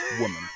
woman